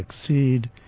succeed